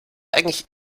eigentlich